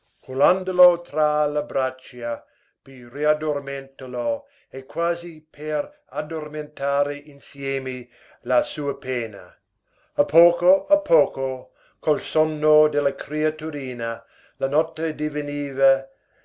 cullandolo tra le braccia per riaddormentarlo e quasi per addormentare insieme la sua pena a poco a poco col sonno della creaturina la notte diveniva